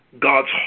God's